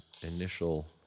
initial